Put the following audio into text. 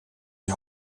die